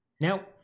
Now